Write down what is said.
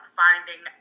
finding